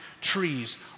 trees